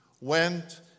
went